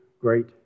Great